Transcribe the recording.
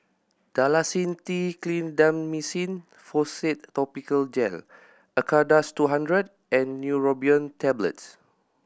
Dalacin T Clindamycin Phosphate Topical Gel Acardust two hundred and Neurobion Tablets